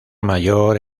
mayor